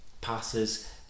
passes